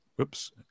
Oops